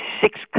six